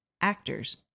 actors